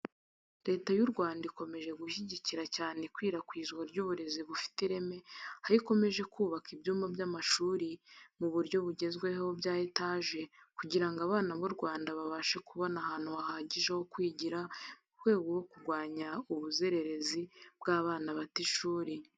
Leta y'u Rwanda ikomeje gushyigikira cyane ikwirakwizwa ry'uburezi bufite ireme, aho ikomeje kubaka ibyumba by'amashuri mu buryo bugezweho bya etaje kugira ngo abana b'u Rwanda babashe kubona ahantu hahagije ho kwigira mu rwego rwo kurwanya ubuzererezi bw'abana bata ishuri.